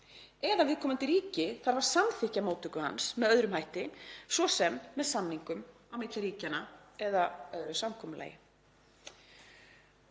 eða viðkomandi ríki þarf að samþykkja móttöku hans með öðrum hætti, svo sem með samningum milli ríkjanna eða samkomulagi.